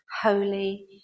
holy